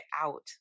out